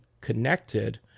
connected